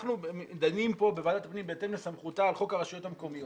אנחנו דנים פה בוועדת הפנים בהתאם לסמכותה על חוק הרשויות המקומיות.